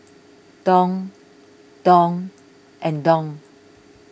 Dong Dong and Dong